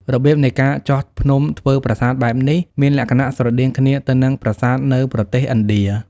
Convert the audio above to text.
របៀបនៃការចោះភ្នំធ្វើប្រាសាទបែបនេះ មានលក្ខណៈស្រដៀងគ្នាទៅនឹងប្រាសាទនៅប្រទេសឥណ្ឌា។